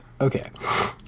Okay